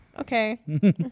okay